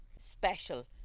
special